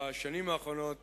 בשנים האחרונות